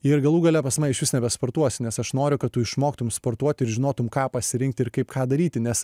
ir galų gale pas mane išvis nebesportuosi nes aš noriu kad tu išmoktum sportuoti ir žinotum ką pasirinkti ir kaip ką daryti nes